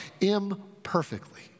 imperfectly